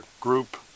group